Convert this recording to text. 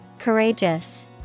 Courageous